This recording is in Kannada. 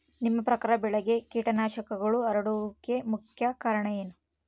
ನಿಮ್ಮ ಪ್ರಕಾರ ಬೆಳೆಗೆ ಕೇಟನಾಶಕಗಳು ಹರಡುವಿಕೆಗೆ ಮುಖ್ಯ ಕಾರಣ ಏನು?